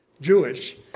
Jewish